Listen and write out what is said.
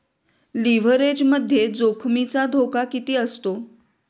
लिव्हरेजमध्ये जोखमीचा धोका किती असतो?